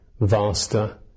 vaster